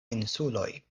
insuloj